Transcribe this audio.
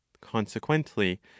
Consequently